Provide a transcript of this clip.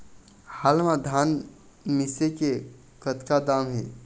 हाल मा धान मिसे के कतका दाम हे?